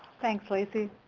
thanks lacy.